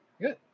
good